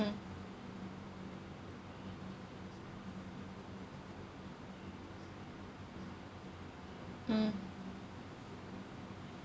mm